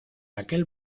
aquel